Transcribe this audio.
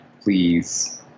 please